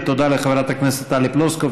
ותודה לחברת הכנסת טלי פלוסקוב,